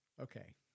Okay